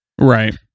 right